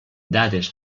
dades